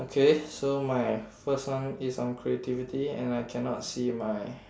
okay so my first one is on creativity and I cannot see my